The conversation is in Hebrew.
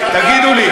תגידו לי,